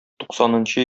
туксанынчы